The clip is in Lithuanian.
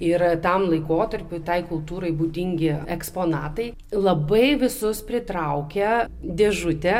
yra tam laikotarpiui tai kultūrai būdingi eksponatai labai visus pritraukia dėžute